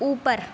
ऊपर